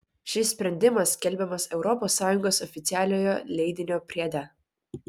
šis sprendimas skelbiamas europos sąjungos oficialiojo leidinio priede